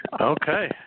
Okay